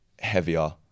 heavier